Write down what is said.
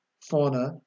fauna